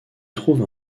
trouve